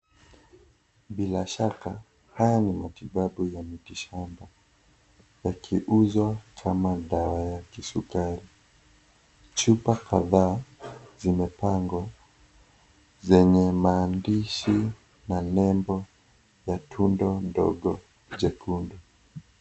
Bila shaka haya ni matibabu ya mitishamba yakiuzwa kama dawa ya kisukari. Chupa kadhaa zimepangwa zenye maandishi na nembo ya tundo ndogo jekundu.